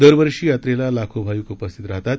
दरवर्षी यात्रेला लाखो भाविक उपस्थित राहतात